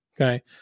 Okay